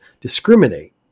discriminate